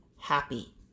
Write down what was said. happy